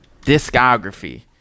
discography